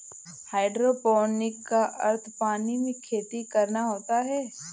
hydroponic का अर्थ पानी में खेती करना होता है